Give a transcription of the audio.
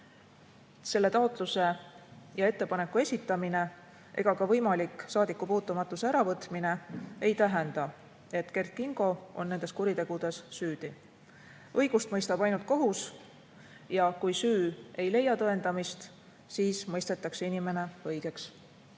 Selle taotluse ja ettepaneku esitamine ega ka võimalik saadikupuutumatuse äravõtmine ei tähenda, et Kert Kingo on nendes kuritegudes süüdi. Õigust mõistab ainult kohus ja kui süü ei leia tõendamist, siis mõistetakse inimene õigeks.